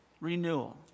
renewal